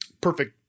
perfect